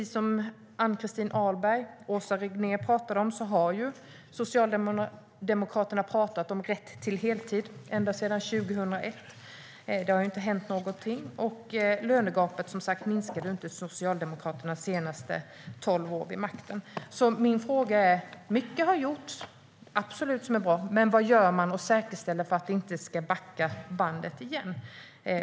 Som Ann-Christin Ahlberg och Åsa Regnér talade om har Socialdemokraterna pratat om rätt till heltid ända sedan 2001. Det har inte hänt någonting. Och lönegapet minskade som sagt inte under Socialdemokraternas senaste tolv år vid makten. Jag har en fråga. Mycket som är bra har absolut gjorts. Men vad gör man för att säkerställa att vi inte ska backa bandet igen?